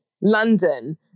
London